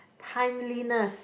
timeliness